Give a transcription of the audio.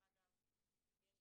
דרך אגב, יש